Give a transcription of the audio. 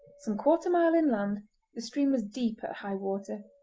some quarter mile inland the stream was deep at high water,